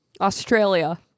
Australia